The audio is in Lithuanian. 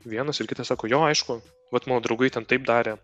vienas ir kitas sako jo aišku vat mano draugai ten taip darė